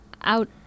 out